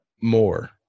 More